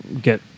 get